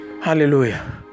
Hallelujah